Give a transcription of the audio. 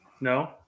No